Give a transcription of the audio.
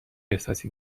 احساسی